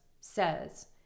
says